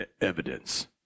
evidence